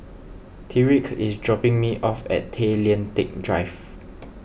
Tyriq is dropping me off at Tay Lian Teck Drive